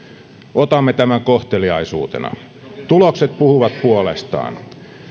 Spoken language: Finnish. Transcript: otamme tämän kohteliaisuutena tulokset puhuvat puolestaan